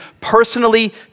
personally